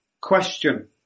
question